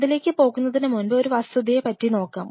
ഇതിലേക്ക് പോകുന്നതിനു മുൻപ് ഒരു വസ്തുതയെ പറ്റി നോക്കാം